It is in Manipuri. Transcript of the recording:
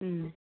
ꯎꯝ